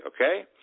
okay